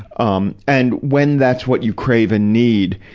um and, when that's what you crave and need,